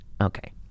Okay